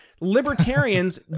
Libertarians